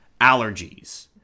Allergies